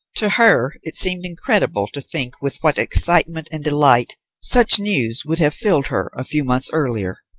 to her it seemed incredible to think with what excitement and delight such news would have filled her a few months earlier.